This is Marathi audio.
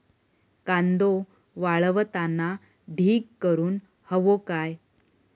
कांदो वाळवताना ढीग करून हवो काय?